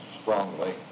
strongly